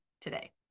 today